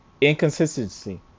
inconsistency